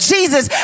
Jesus